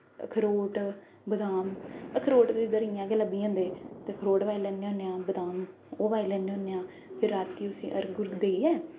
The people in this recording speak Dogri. खरोट बदाम अखरोट ते इद्धर इ'यां गै लब्भी जंदे ते खरोट पाई लैन्ने होन्ने आं बदाम ओह् पाई लैन्ने होन्ने आं फिर रातीं उसी अर्ग उर्ग देइयै